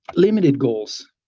limited goals,